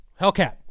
Hellcat